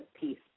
Peace